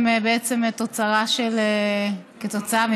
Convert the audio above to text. הם בעצם תוצאה של פסיקות בג"ץ.